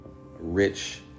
rich